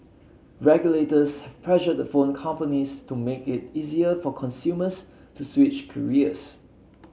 regulators have pressured the phone companies to make it easier for consumers to switch carriers